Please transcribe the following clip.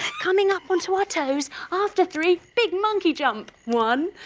coming up on to our toes after three, big monkey jump! one.